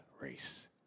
race